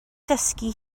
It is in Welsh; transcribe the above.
ddysgu